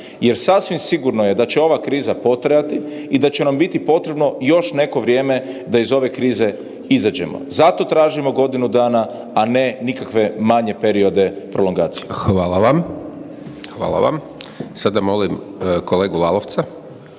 jer sasvim sigurno je da će ova kriza potrajati i da će nam biti potrebno još neko vrijeme da iz ove krize izađemo. Zato tražimo godinu dana, a ne nikakve manje periode prolongacije. **Hajdaš Dončić, Siniša (SDP)** Hvala vam. Sada molim kolegu Lalovca